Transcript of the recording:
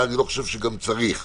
כשהתאגיד אומר במסגרת תוכנית